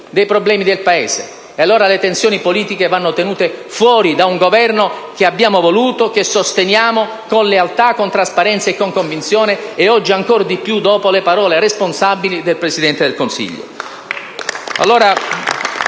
dei problemi dei cittadini e del Paese; le tensioni politiche vanno allora tenute fuori da un Governo che abbiamo voluto, che sosteniamo con lealtà, trasparenza e convinzione, oggi ancor di più dopo le parole responsabili del Presidente del Consiglio.